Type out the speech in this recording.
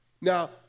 Now